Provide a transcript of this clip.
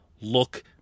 look